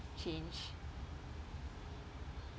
change